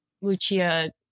Lucia